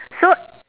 so